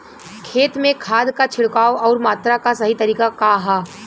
खेत में खाद क छिड़काव अउर मात्रा क सही तरीका का ह?